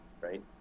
right